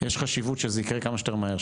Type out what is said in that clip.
יש חשיבות שזה ייקרה כמה שיותר מהר,